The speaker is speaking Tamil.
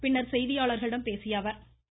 பின்னர் செய்தியாளர்களிடம் பேசிய திரு